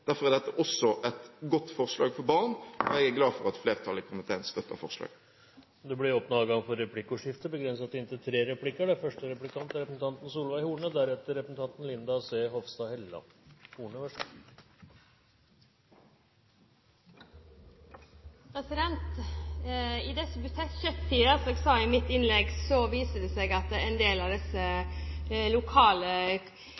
Derfor er dette også et godt forslag for barn, og jeg er glad for at flertallet i komiteen støtter forslaget. Det blir replikkordskifte. I disse budsjettider viser det seg – som jeg sa i mitt innlegg – at en del av kommunene innfører egen, lokal kontantstøtte. Det er fordi det viser seg at de kan bruke de barnehagepengene som